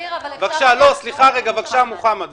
בבקשה מוחמד,